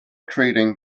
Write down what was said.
treating